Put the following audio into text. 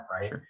right